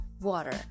water